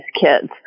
kids